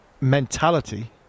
mentality